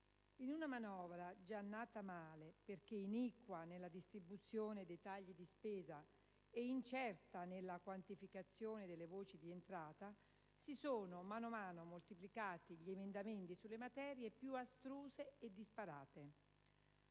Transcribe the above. In una manovra già nata male, perché iniqua nella distribuzione dei tagli di spesa e incerta nella quantificazione delle voci di entrata, si sono mano a mano moltiplicati gli emendamenti sulle materie più astruse e disparate.